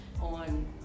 on